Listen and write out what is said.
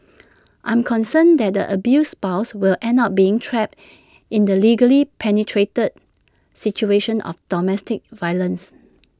I'm concerned that the abused spouse will end up being trapped in the legally penetrated situation of domestic violence